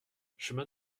chemin